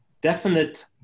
Definite